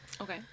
Okay